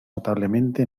notablemente